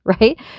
right